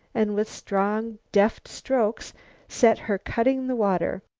and with strong, deft, strokes set her cutting the water.